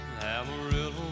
Amarillo